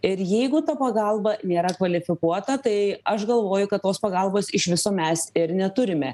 ir jeigu ta pagalba nėra kvalifikuota tai aš galvoju kad tos pagalbos iš viso mes ir neturime